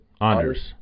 Anders